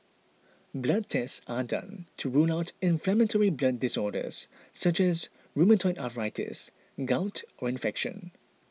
blood tests are done to rule out inflammatory blood disorders such as rheumatoid arthritis gout or infection